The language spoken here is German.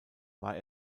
war